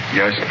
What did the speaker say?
yes